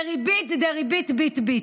בריבית דריבית ביט ביט.